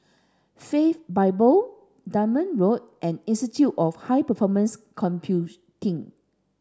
Faith Bible Dunman Road and Institute of High Performance Computing